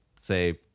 say